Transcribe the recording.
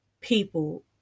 people